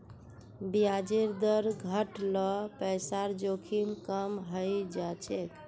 ब्याजेर दर घट ल पैसार जोखिम कम हइ जा छेक